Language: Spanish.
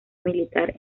militar